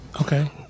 Okay